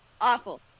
awful